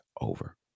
over